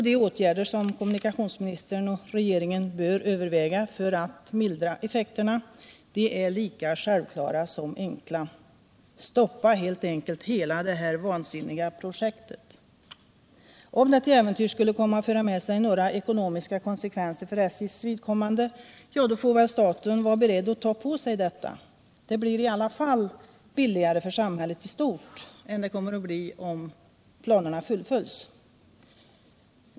De åtgärder som kommunikationsministern och regeringen bör överväga för att ”mildra effekterna” är lika självklara som enkla: Stoppa helt enkelt hela det här vansinniga projektet! Om det till äventyrs skulle komma att föra med sig några ekonomiska konsekvenser för SJ:s vidkommande får väl staten vara beredd att ta på sig de konsekvenserna. Det blir i alla fall billigare för samhället i stort än det kommer att bli om planerna fullföljs.